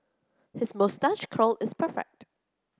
his moustache curl is perfect